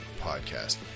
podcast